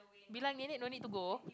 bilang nenek don't need to go